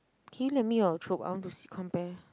can you lend me your Chope I want to see compare